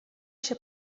się